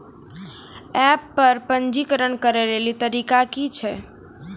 App पर पंजीकरण करै लेली तरीका की छियै?